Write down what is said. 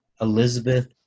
Elizabeth